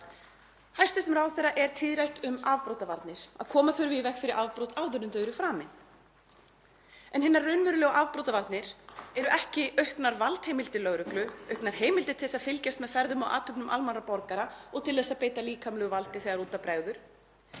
Hæstv. ráðherra er tíðrætt um afbrotavarnir, að koma þurfi í veg fyrir afbrot áður en þau eru framin. En hinar raunverulegu afbrotavarnir eru ekki auknar valdheimildir lögreglu, auknar heimildir til að fylgjast með ferðum og athöfnum almennra borgara og til þess að beita líkamlegu valdi þegar út af bregður.